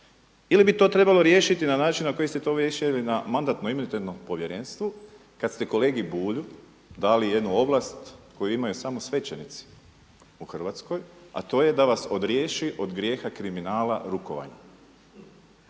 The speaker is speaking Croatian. Ili bi to trebali riješiti na način na koji ste to riješili na Mandatno-imunitetnom povjerenstvu kad ste kolegi Bulju dali jednu ovlast koju imaju samo svećenici u Hrvatskoj a to je da vas odriješi od grijeha kriminala rukovanjem.